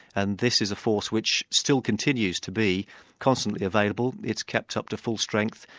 and this is a force which still continues to be constantly available. it's kept up to full strength,